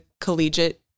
collegiate